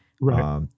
right